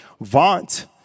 Vaunt